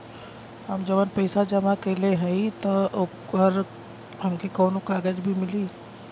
हम जवन पैसा जमा कइले हई त ओकर हमके कौनो कागज भी मिली?